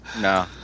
No